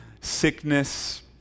sickness